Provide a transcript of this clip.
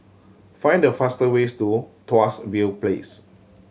find the fastest way to Tuas View Place